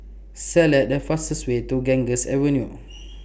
Select The fastest Way to Ganges Avenue